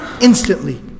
instantly